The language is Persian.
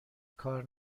کار